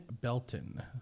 Belton